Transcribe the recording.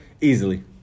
Easily